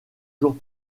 jours